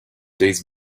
days